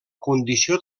condició